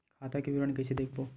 खाता के विवरण कइसे देखबो?